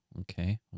okay